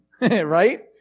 right